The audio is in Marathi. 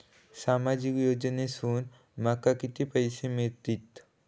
सामाजिक योजनेसून माका किती पैशे मिळतीत?